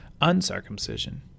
uncircumcision